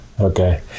Okay